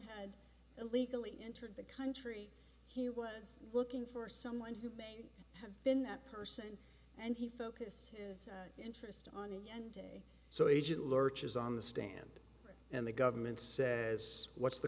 had illegally entered the country he was looking for someone who may have been that person and he focused interest on and so agent lurches on the stand and the government says what's the